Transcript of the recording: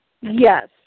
Yes